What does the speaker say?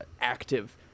active